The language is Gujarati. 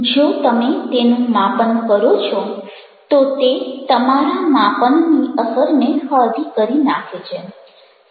જો તમે તેનું માપન કરો છો તો તે તમારા માપનની અસરને હળવી કરી નાંખે છે